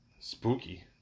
Spooky